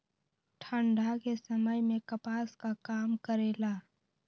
ठंडा के समय मे कपास का काम करेला?